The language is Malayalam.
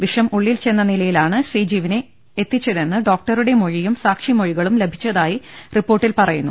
വിഷം ഉള്ളിൽ ചെന്ന നില്യിലാണ് ശ്രീജീ വിനെ എത്തിച്ചതെന്ന് ഡോക്ടറുടെ മൊഴിയും സാക്ഷി മൊഴി കളും ലഭിച്ചതായി റിപ്പോർട്ടിൽ പറയുന്നു